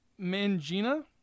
Mangina